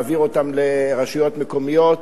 להעביר אותן לרשויות מקומיות.